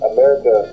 America